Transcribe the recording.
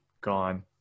gone